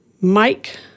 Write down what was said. Mike